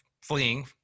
fleeing